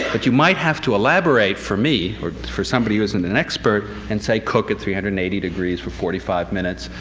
but you might have to elaborate for me or for somebody who isn't an expert, and say, cook at three hundred and eighty degrees for forty five minutes.